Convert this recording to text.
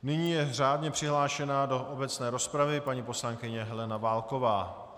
Nyní je řádně přihlášena do obecné rozpravy paní poslankyně Helena Válková.